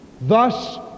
Thus